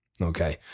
Okay